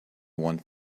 one